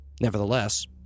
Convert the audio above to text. Nevertheless